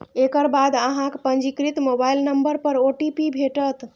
एकर बाद अहांक पंजीकृत मोबाइल नंबर पर ओ.टी.पी भेटत